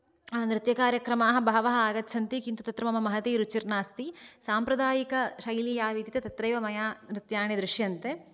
नृत्यकार्यक्रमाः बहवः आगच्छन्ति किन्तु तत्र मम महती रुचिः नास्ति साम्प्रदायिकशैली या विद्यते तत्रैव मया नृत्याणि दृश्यन्ते